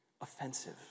offensive